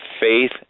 faith